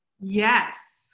Yes